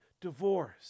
divorce